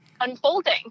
unfolding